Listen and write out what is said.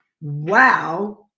Wow